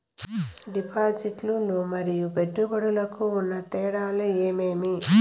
డిపాజిట్లు లు మరియు పెట్టుబడులకు ఉన్న తేడాలు ఏమేమీ?